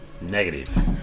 Negative